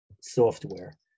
software